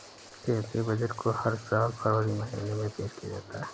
केंद्रीय बजट को हर साल फरवरी महीने में पेश किया जाता है